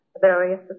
various